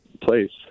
place